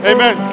Amen